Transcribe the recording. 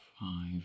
five